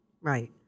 Right